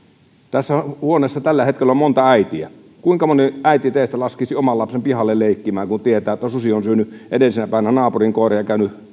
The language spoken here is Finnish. tässä huoneessa tällä hetkellä on monta äitiä kuinka moni teistä laskisi oman lapsen pihalle leikkimään kun tietää että susi on syönyt edellisenä päivänä naapurin koiran ja käynyt